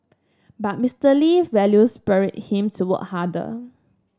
but Mister Lee values spurred him to work harder